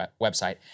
website